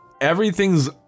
everything's